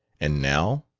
and now?